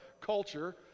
culture